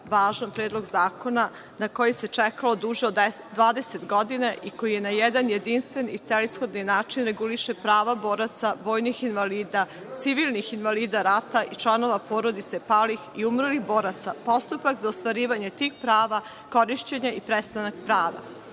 važan Predlog zakona na koji se čekalo duže od 20 godina i koji na jedan jedinstven i celishodan način reguliše prava boraca, vojnih invalida, civilnih invalida rata i članova porodica palih i umrlih boraca, postupak za ostvarivanje tih prava, korišćenje i prestanak prava. Ovaj